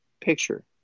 picture